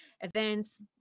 events